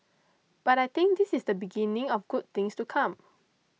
but I think this is the beginning of good things to come